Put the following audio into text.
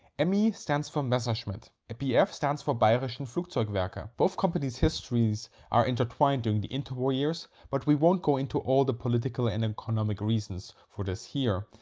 ah me stands for messerschmitt bf stands for by bayerische and flugzeugwerke. ah both companies histories are intertwined during the interwar years but we won't go into all the political and and economic reasons for this here.